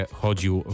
chodził